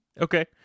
Okay